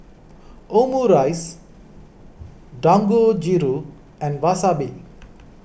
Omurice Dangojiru and Wasabi